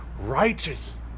righteous